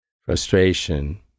frustration